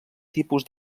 tipus